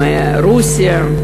מרוסיה.